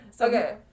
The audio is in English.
Okay